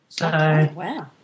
Wow